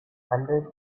hundreds